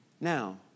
Now